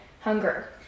hunger